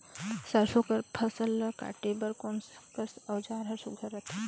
सरसो कर फसल ला काटे बर कोन कस औजार हर सुघ्घर रथे?